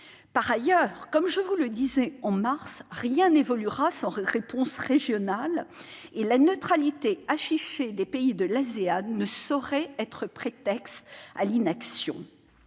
Par ailleurs, je le disais en mars dernier, rien n'évoluera sans une réponse régionale, et la neutralité affichée des pays de l'Asean ne saurait être un prétexte à l'inaction.